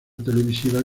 televisiva